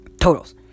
Totals